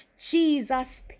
Jesus